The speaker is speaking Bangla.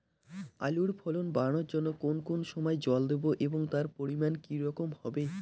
আলুর ফলন বাড়ানোর জন্য কোন কোন সময় জল দেব এবং তার পরিমান কি রকম হবে?